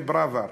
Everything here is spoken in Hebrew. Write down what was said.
לפראוור?